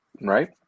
right